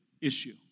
issue